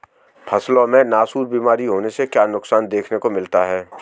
फसलों में नासूर बीमारी होने से क्या नुकसान देखने को मिलता है?